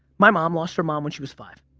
my mom lost her mom when she was five.